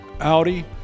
Audi